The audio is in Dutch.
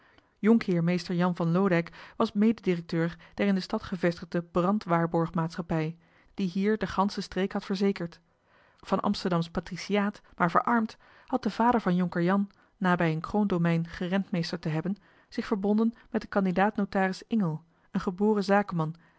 jhr mr jan van loodijck was mede directeur der in de stad gevestigde brandwaarborg maatschappij die hier de gansche streek had verzekerd van amsterdamsch patriciaat maar verarmd had de vader van jonker jan na bij een kroondomein gerentmeesterd te hebben zich verbonden met den candidaat notaris ingel een geboren zakenman